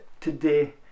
today